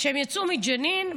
הם יצאו מג'נין,